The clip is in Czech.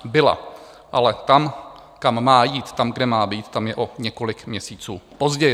Byla, ale tam, kam má jít, tam, kde má být, tam je o několik měsíců později.